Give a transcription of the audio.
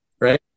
right